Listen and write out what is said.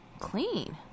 clean